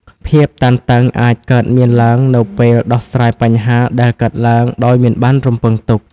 ភាពតានតឹងអាចកើតមានឡើងនៅពេលដោះស្រាយបញ្ហាដែលកើតឡើងដោយមិនបានរំពឹងទុក។